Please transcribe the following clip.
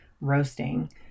roasting